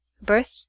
Birth